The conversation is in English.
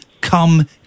come